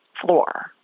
floor